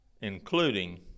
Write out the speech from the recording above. including